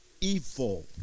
evil